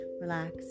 relax